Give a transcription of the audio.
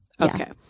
Okay